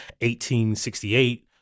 1868